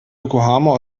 yokohama